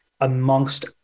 amongst